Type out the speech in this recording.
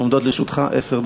עומדות לרשותך עשר דקות.